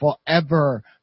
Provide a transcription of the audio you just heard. forever